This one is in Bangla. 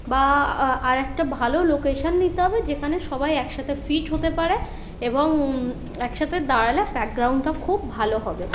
বা আর একটা ভালো লোকেশন নিতে হবে যেখানে সবাই একসাথে ফিট হতে পারে এবং একসাথে দাঁড়ালে ব্যাকগ্রাউন্ডটা খুব ভালো হবে